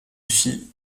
phi